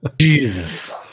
Jesus